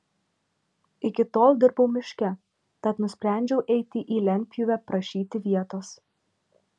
iki tol dirbau miške tad nusprendžiau eiti į lentpjūvę prašyti vietos